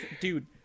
dude